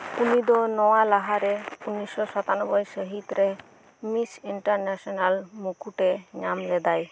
ᱩᱱᱤᱫᱚ ᱱᱚᱣᱟ ᱞᱟᱦᱟᱨᱮ ᱩᱱᱤᱥᱥᱚ ᱥᱟᱛᱟᱱᱚᱵᱚᱭ ᱥᱟᱹᱦᱤᱛ ᱨᱮ ᱢᱤᱥ ᱤᱱᱴᱟᱨᱱᱮᱥᱮᱱᱟᱞ ᱢᱩᱠᱩᱴᱮ ᱧᱟᱢ ᱞᱮᱫᱟᱭ